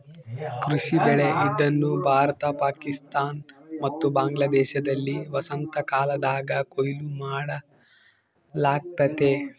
ಕೃಷಿ ಬೆಳೆ ಇದನ್ನು ಭಾರತ ಪಾಕಿಸ್ತಾನ ಮತ್ತು ಬಾಂಗ್ಲಾದೇಶದಲ್ಲಿ ವಸಂತಕಾಲದಾಗ ಕೊಯ್ಲು ಮಾಡಲಾಗ್ತತೆ